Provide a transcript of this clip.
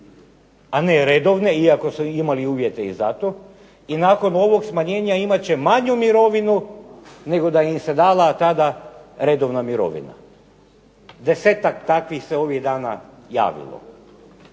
a ne redovne, iako su imali uvjete i za to, i nakon ovog smanjenja imat će manju mirovinu nego da im se dala tada redovna mirovina. 10-ak takvih se ovih dana javilo.